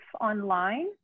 online